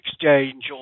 Exchange